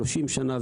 30 שנה,